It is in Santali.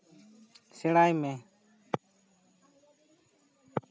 ᱥᱮᱬᱟᱭ ᱢᱮ